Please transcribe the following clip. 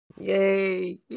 Yay